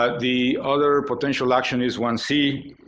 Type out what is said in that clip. ah the other potential action is one c,